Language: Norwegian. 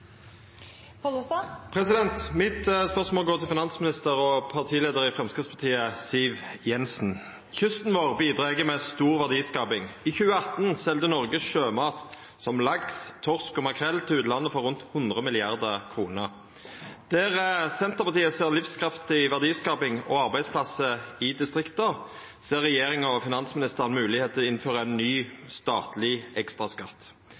mitt går til finansminister og partileiar i Framstegspartiet, Siv Jensen. Kysten vår bidreg med stor verdiskaping. I 2018 selde Noreg sjømat – som laks, torsk og makrell – til utlandet for rundt 100 mrd. kr. Der Senterpartiet ser livskraftig verdiskaping og arbeidsplassar i distrikta, ser regjeringa og finansministeren moglegheit til å innføra ein ny statleg ekstraskatt.